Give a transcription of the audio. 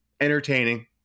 Entertaining